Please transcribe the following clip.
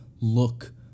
look